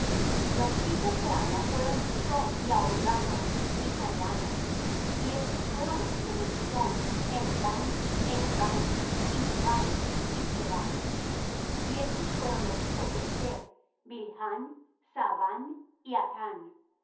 los hijos de ana fueron disón y aholibama hija de ana y estos fueron los hijos de disón hemdán eshbán ithram y cherán y estos fueron los hijos de ezer bilhán zaaván y acán